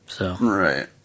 Right